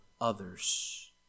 others